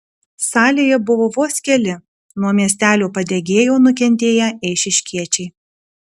salėje buvo vos keli nuo miestelio padegėjo nukentėję eišiškiečiai